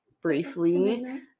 briefly